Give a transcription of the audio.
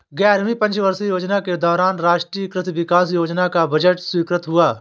ग्यारहवीं पंचवर्षीय योजना के दौरान राष्ट्रीय कृषि विकास योजना का बजट स्वीकृत हुआ